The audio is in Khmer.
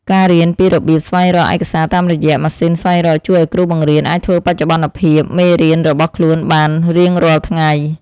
ការរៀនពីរបៀបស្វែងរកឯកសារតាមរយៈម៉ាស៊ីនស្វែងរកជួយឱ្យគ្រូបង្រៀនអាចធ្វើបច្ចុប្បន្នភាពមេរៀនរបស់ខ្លួនបានរៀងរាល់ថ្ងៃ។